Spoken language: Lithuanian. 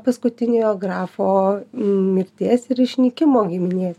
paskutiniojo grafo mirties ir išnykimo giminės